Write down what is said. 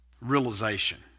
realization